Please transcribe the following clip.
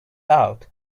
out